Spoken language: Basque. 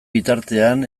bitartean